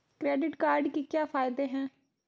Credit card के क्या फायदे हैं?